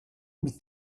mit